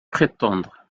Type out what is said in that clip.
prétendre